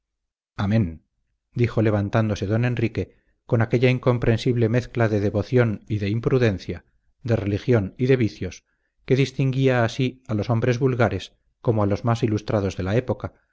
amén dijo levantándose don enrique con aquella incomprensible mezcla de devoción y de imprudencia de religión y de vicios que distinguía así a los hombres vulgares como a los más ilustrados de la época